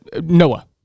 Noah